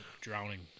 Drowning